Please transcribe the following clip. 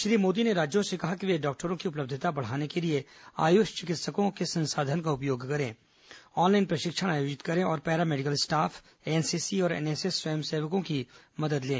श्री मोदी ने राज्यों से कहा कि ये डॉक्टरों की उपलब्यता बढ़ाने के लिये आयुष चिकित्सिकों के संसाधन का उपयोग करें ऑनलाइन प्रशिक्षण आयोजित करें और पैरा मेडिकल स्टाफ एनसीसी और एनएसएस स्वयंसेवकों की मदद लें